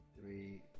three